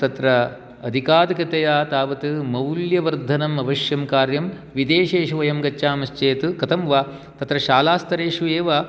तत्र अधिकाधिकतया तावत् मौल्यवर्धनम् अवश्यं कार्यं विदशेषु वयं गच्छामश्चेत् कथं वा तत्र शालास्तरेषु एव